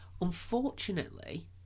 unfortunately